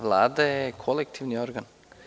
Vlada je kolektivni organ.